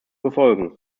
befolgen